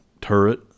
turret